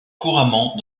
couramment